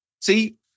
See